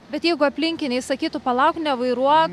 bet jeigu aplinkiniai sakytų palauk nevairuok